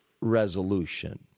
resolution